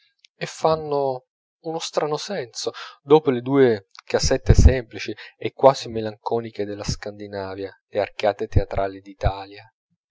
e fanno uno strano senso dopo le due casette semplici e quasi melanconiche della scandinavia le arcate teatrali d'italia